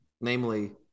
namely